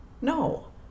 No